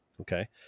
Okay